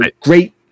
great